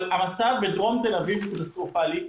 אבל המצב בדרום תל-אביב הוא קטסטרופלי,